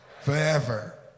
forever